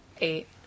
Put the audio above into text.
Eight